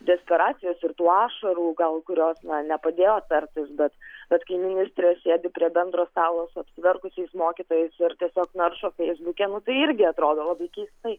desperacijos ir tų ašarų gal kurios na nepadėjo tartis bet bet kai ministrė sėdi prie bendro stalo su apsiverkusiais mokytojus ir tiesiog naršo feisbuke nu tai irgi atrodo labai keistai